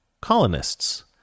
colonists